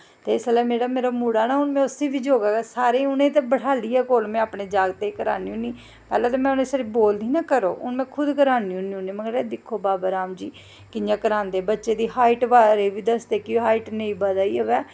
ते इसलै जेह्ड़ा मेरा मुड़ा ऐ ना उस्सी बी सारें बी उस्सी ते में अपने कोल बठालियै करानी होन्नी पैह्लें ते में सिर्फ बोलदी ही कि करो हून में उ'नें गी खुद करवानी होन्नी दिक्खो बाबा राम देव जी कि'यां करांदे बच्चें दी हाईट बारै बी दसदे कि हाईट नेईं बधा'रदी होऐ